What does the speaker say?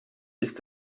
ist